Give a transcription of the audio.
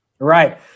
Right